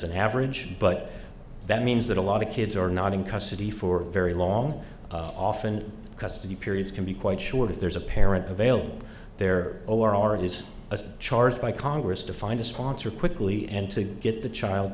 an average but that means that a lot of kids are not in custody for very long often custody periods can be quite sure that there's a parent available there already is a charge by congress to find a sponsor quickly and to get the child